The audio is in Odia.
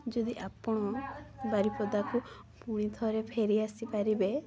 ଯଦି ଆପଣ ବାରିପଦାକୁ ପୁଣି ଥରେ ଫେରିଆସି ପାରିବେ